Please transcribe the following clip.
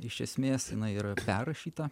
iš esmės yra perrašyta